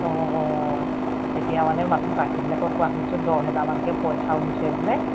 অ এতিয়া মানে মানুহ বাকীবিলাকক কোৱা শুনিছোঁ দহ হেজাৰমানকৈ পইচাও দিছে বোলে